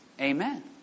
Amen